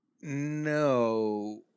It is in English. No